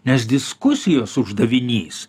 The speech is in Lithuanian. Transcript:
nes diskusijos uždavinys